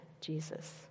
Jesus